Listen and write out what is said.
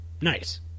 Nice